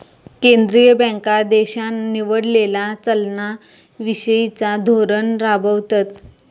केंद्रीय बँका देशान निवडलेला चलना विषयिचा धोरण राबवतत